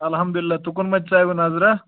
الحمدُاللہ تُکُن مہ دِژے وٕ نظرا